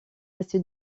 resté